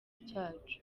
ryacu